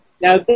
Now